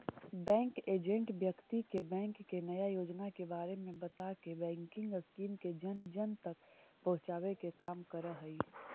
bank agent व्यक्ति के bank के नया योजना के बारे में बताके बैंकिंग स्कीम के जन जन तक पहुंचावे के काम करऽ हइ